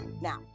Now